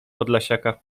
podlasiaka